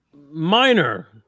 minor